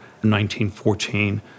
1914